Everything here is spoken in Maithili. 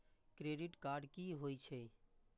क्रेडिट कार्ड की होय छै?